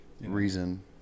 Reason